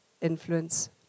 influence